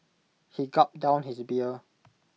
he gulped down his beer